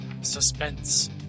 Suspense